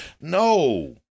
No